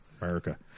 America